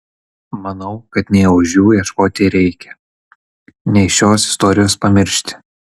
manau kad nei ožių ieškoti reikia nei šios istorijos pamiršti